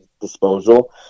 disposal